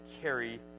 carry